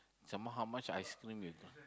some more how much ice-cream you got